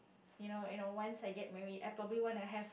you know you know once I get married I probably wanna have